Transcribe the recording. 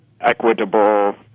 equitable